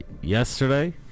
yesterday